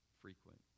frequent